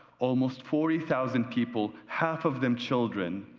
almost forty thousand people, half of them children